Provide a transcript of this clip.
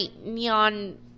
neon